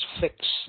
fix